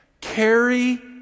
carry